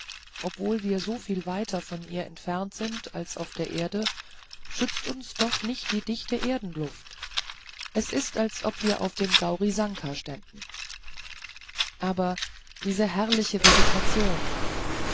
obwohl wir soviel weiter von ihr entfernt sind als auf der erde schützt uns doch nicht die dichte erdenluft es ist als ob wir auf dem gaurisankar ständen aber diese herrliche vegetation